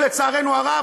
לצערנו הרב,